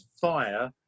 fire